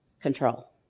control